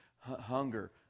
hunger